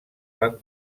van